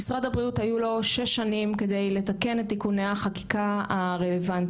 למשרד הבריאות היו שש שנים כדי לתקן את תיקוני החקיקה הרלוונטיים